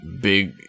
big